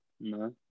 no